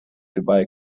dubai